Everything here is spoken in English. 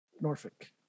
Norfolk